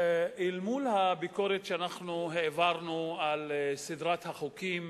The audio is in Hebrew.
אל מול הביקורת שאנחנו העברנו על סדרת החוקים